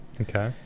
Okay